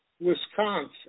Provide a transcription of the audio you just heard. Wisconsin